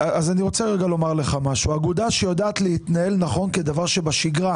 אני רוצה לומר לך שאגודה שיודעת להתנהל נכון כדבר שבשגרה